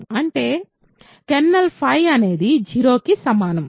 అంటే కెర్నల్ అనేది 0కి సమానం